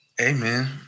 Amen